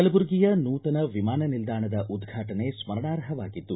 ಕಲಬುರ್ಗಿಯ ನೂತನ ವಿಮಾನ ನಿಲ್ದಾಣದ ಉದ್ರಾಟನೆ ಸ್ನರಣಾರ್ಹವಾಗಿದ್ದು